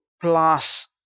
plus